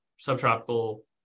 subtropical